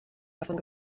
davon